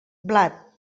blat